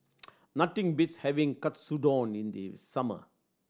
nothing beats having Katsudon in the summer